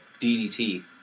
DDT